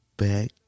back